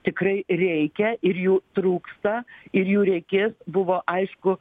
tikrai reikia ir jų trūksta ir jų reikės buvo aišku